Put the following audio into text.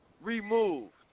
removed